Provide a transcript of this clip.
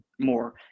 more